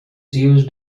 used